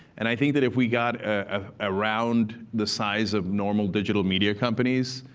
and i think that if we got ah around the size of normal digital media companies,